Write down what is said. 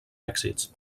èxits